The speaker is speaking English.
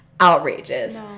outrageous